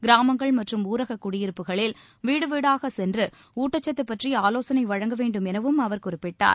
கிராமங்கள் மற்றும் ஊரக குடியிருப்புகளில் வீடு வீடாகச் சென்று ஊட்டச்சத்து பற்றி ஆலோசனை வழங்க வேண்டும் எனவும் அவர் குறிப்பிட்டார்